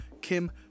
kim